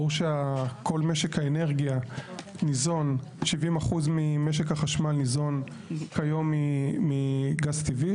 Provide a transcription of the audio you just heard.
ברור שכל משק האנרגיה ניזון 70% ממשק החשמל ניזון היום מגז טבעי,